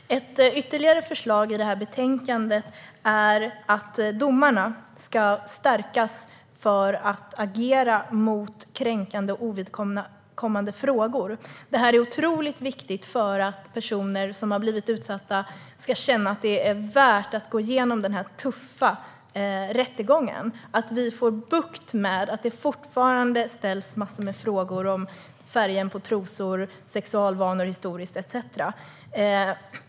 Herr talman! Ett ytterligare förslag i det här betänkandet är att domarkåren ska stärkas för att agera mot kränkande och ovidkommande frågor. För att personer som har blivit utsatta ska känna att det är värt att gå igenom en tuff rättegång är det otroligt viktigt att vi får bukt med att det fortfarande ställs massor med frågor om färgen på trosorna, historiska sexualvanor etcetera.